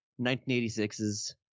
1986's